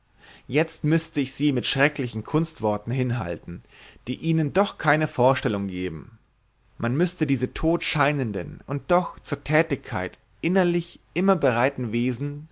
jetzt müßte ich sie mit schrecklichen kunstworten hinhalten die ihnen doch keine vorstellung gäben man muß diese tot scheinenden und doch zur tätigkeit innerlich immer